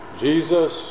Jesus